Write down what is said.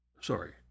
Sorry